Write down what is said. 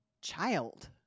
child